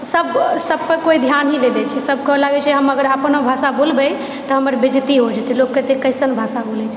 सब सब पर कोइ ध्यान ही नहि दै छै सबके लागै छै हम अगर अपन भाषा बोलबै तऽ हमर बेईज्जती हो जेतै लोक कहतै कइसन भाषा बोलए छै